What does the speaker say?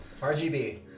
RGB